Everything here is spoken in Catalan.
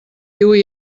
hui